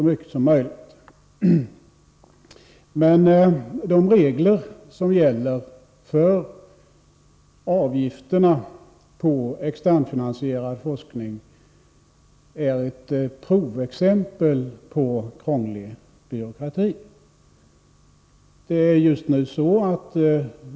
Men de regler som gäller för avgifterna på externfinansierad forskning är ett praktexempel på krånglig byråkrati.